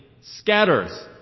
scatters